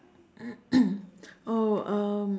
oh um